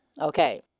Okay